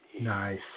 Nice